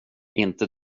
inte